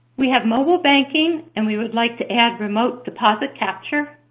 we have mobile banking, and we would like to add remote deposit capture.